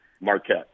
Marquette